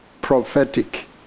prophetic